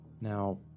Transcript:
Now